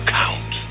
count